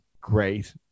great